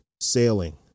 sailing